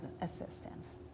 assistance